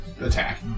Attack